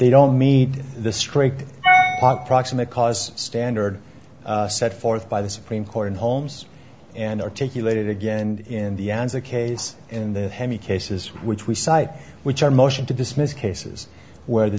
they don't meet the strict proximate cause standard set forth by the supreme court in holmes and articulated again in the ns a case in the heavy cases which we cite which are motion to dismiss cases where the